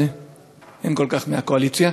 אין כל כך מהקואליציה,